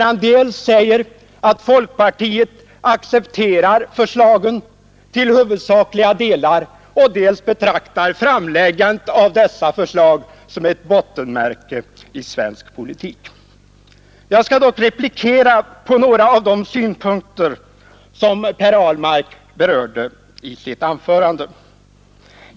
Han säger dels att folkpartiet i huvudsak accepterat förslagen, dels att han betraktar framläggandet av dessa förslag som ett bottenmärke i svensk politik. Jag skall dock söka bemöta några av de synpunkter som herr Ahlmark tog upp i sitt anförande.